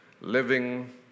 living